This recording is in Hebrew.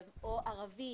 או ערבית,